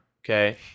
Okay